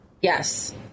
Yes